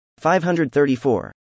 534